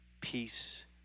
peace